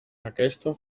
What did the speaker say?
aquesta